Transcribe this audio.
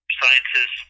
sciences